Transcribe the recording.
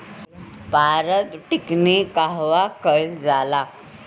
पारद टिक्णी कहवा कयील जाला?